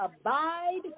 abide